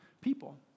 people